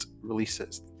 releases